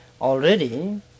already